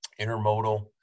intermodal